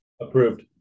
Approved